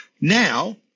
Now